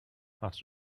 hast